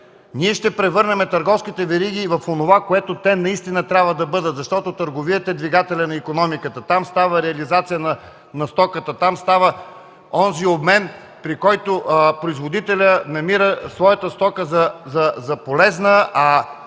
ние ще превърнем търговските вериги в онова, което те наистина трябва да бъдат. Търговията е двигателят на икономиката. Там става реализация на стоката. Там става онзи обмен, при който производителят намира своята стока за полезна, а